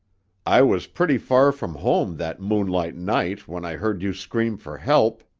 i was pretty far from home that moonlight night when i heard you scream for help.